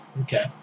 okay